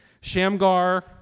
shamgar